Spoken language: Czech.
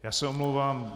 Já se omlouvám.